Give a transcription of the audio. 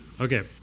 Okay